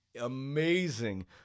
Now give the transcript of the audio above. amazing